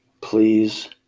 Please